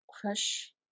crush